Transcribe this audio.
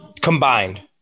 Combined